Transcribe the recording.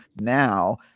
now